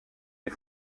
des